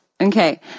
Okay